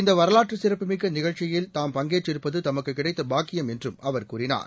இந்த வரலாற்று சிறப்புமிக்க நிகழ்ச்சியில் தாம் பங்கேற்றிருப்பது தமக்கு கிடைத்த பாக்கியம் என்றும் அவர் கூறினார்